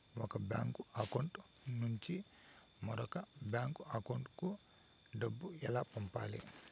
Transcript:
ఒక bank account నుంచి మరొక బ్యాంకు అకౌంట్ కు డబ్బు ఎలా పంపాలి